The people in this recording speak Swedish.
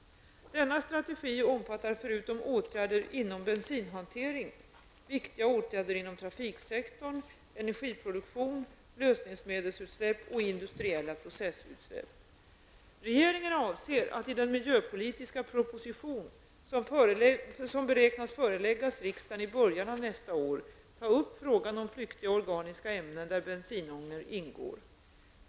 Denna strategi omfattar förutom åtgärder inom bensinhanteringen viktiga åtgärder inom trafiksektorn, energiproduktion, lösningsmedelsutsläpp och industriella processutsläpp. Regeringen avser att i den miljöpolitiska propositionen, som beräknas föreläggas riksdagen i början av nästa år, ta upp frågan om flyktiga organiska ämnen där bensinångor ingår.